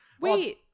wait